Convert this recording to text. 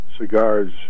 cigars